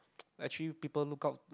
actually people look out